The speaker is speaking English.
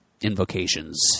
invocations